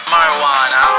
Marijuana